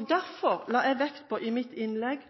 i. Derfor la jeg vekt på i mitt innlegg